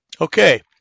Okay